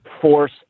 force